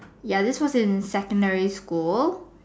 ya this was in secondary school